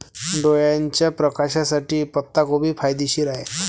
डोळ्याच्या प्रकाशासाठी पत्ताकोबी फायदेशीर आहे